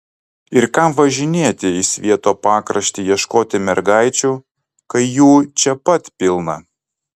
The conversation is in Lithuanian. ir kam važinėti į svieto pakraštį ieškoti mergaičių kai jų čia pat pilna